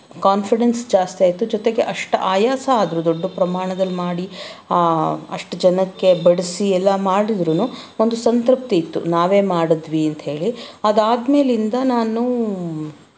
confidence ಜಾಸ್ತಿ ಆಯಿತು ಜೊತೆಗೆ ಅಷ್ಟು ಆಯಾಸ ಆದರೂ ದೊಡ್ಡ ಪ್ರಮಾಣದಲ್ಲಿ ಮಾಡಿ ಅಷ್ಟು ಜನಕ್ಕೆ ಬಡಿಸಿ ಎಲ್ಲ ಮಾಡಿದ್ರೂ ಒಂದು ಸಂತೃಪ್ತಿ ಇತ್ತು ನಾವೇ ಮಾಡಿದ್ವಿ ಅಂತ್ಹೇಳಿ ಅದಾದ್ಮೇಲಿಂದ ನಾನು